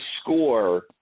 score